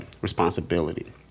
Responsibility